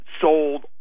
sold